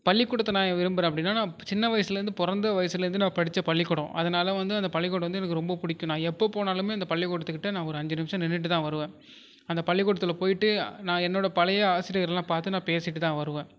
பள்ளிக்கூடத்தை நான் ஏன் விரும்புறேன் அப்படின்னா நான் சின்ன வயசுலேருந்து பிறந்த வயசுலேருந்தே நான் படித்த பள்ளிக்கூடம் அதனால் வந்து அந்த பள்ளிக்கூடம் வந்து எனக்கு ரொம்ப பிடிக்கும் நான் எப்போ போனாலும் அந்த பள்ளிக்கூடத்துகிட்ட நான் ஒரு அஞ்சு நிமிஷம் நின்னுவிட்டு தான் வருவேன் அந்த பள்ளிக்கூடத்தில் போய்ட்டு நான் என்னோட பழைய ஆசிரியர்லாம் பார்த்து நான் பேசிவிட்டு தான் வருவேன்